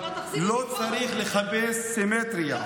לא צריך לחפש סימטריה.